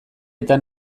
eta